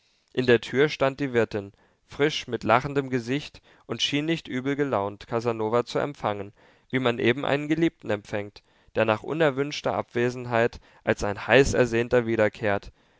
in der tür stand die wirtin frisch mit lachendem gesicht und schien nicht übel gelaunt casanova zu empfangen wie man eben einen geliebten empfängt der nach unerwünschter abwesenheit als ein heißersehnter wiederkehrt